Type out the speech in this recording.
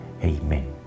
Amen